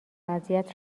اذیت